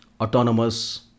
Autonomous